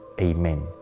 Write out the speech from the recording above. amen